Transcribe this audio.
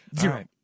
Zero